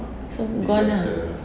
so gone lah